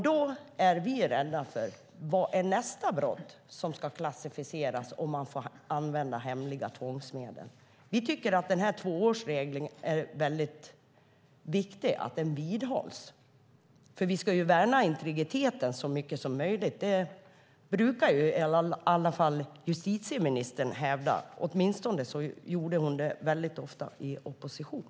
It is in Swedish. Då är vi rädda för vad som blir nästa brott som ska klassificeras för att man ska få använda hemliga tvångsmedel. Vi tycker att det är väldigt viktigt att tvåårsregeln vidhålls, för vi ska värna integriteten så mycket som möjligt. Det brukar i alla fall justitieministern hävda. Åtminstone gjorde hon det väldigt ofta i opposition.